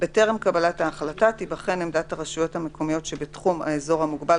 בטרם קבלת ההחלטה תיבחן עמדת הרשויות המקומיות שבתחום האזור המוגבל,